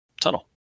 tunnel